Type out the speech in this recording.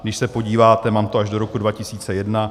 Když se podíváte, mám to až do roku 2001.